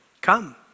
Come